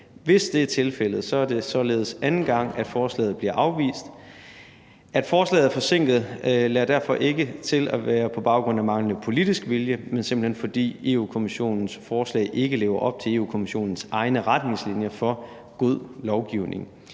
Hvis det er tilfældet, er det således anden gang, at forslaget bliver afvist. At forslaget er forsinket, lader derfor ikke til at være på baggrund af manglende politisk vilje, men simpelt hen fordi Europa-Kommissionens forslag ikke lever op til Europa-Kommissionens egne retningslinjer for god lovgivning.